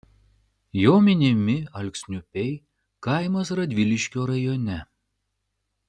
jo minimi alksniupiai kaimas radviliškio rajone